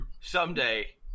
someday